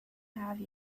have